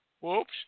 Whoops